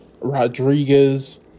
Rodriguez